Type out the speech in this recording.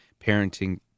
parenting